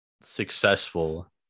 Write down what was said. successful